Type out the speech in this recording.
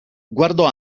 guardò